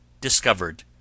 discovered